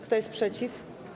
Kto jest przeciw?